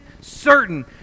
certain